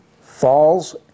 falls